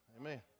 Amen